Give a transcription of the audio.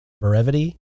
brevity